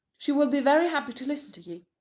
she will be very happy to listen to you.